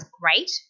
Great